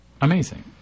amazing